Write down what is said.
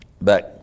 back